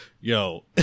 Yo